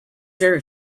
very